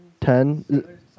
ten